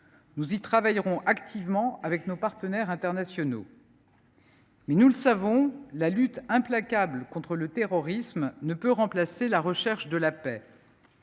Nous y travaillerons activement avec nos partenaires internationaux. Mais nous le savons, la lutte implacable contre le terrorisme ne peut remplacer la recherche de la paix.